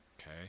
okay